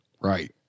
Right